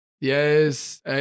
Yes